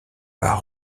par